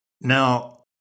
Now